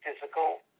physical